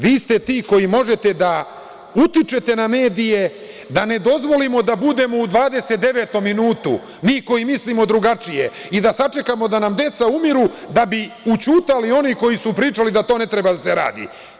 Vi ste ti koji možete da utičete na medije da ne dozvolimo da budemo u 29. minutu, mi koji mislimo drugačije i da sačekamo da nam deca umiru da bi ućutali oni koji su pričali da to ne treba da se radi.